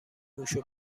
موشو